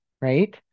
right